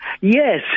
Yes